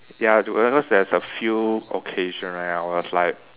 ya I do because there's a few occasion where I was like